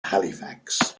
halifax